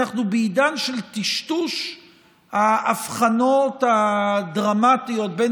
שאנחנו בעידן של טשטוש ההבחנות הדרמטיות בין